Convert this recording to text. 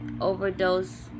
overdose